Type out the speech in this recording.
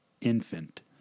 infant